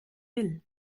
will